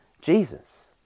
Jesus